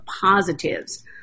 positives